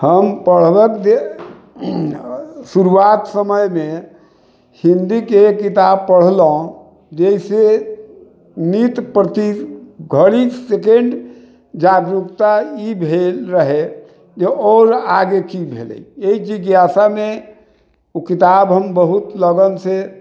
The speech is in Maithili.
हम पढ़बक शुरुआत समय मे हिन्दी के एक किताब पढ़लहुॅं जाहिसे नित प्रति घड़ी सेकण्ड जागरूकता ई भेल रहए जे आओर आगे की भेलै एहि जिज्ञासा मे ओ किताब हम बहुत लगन से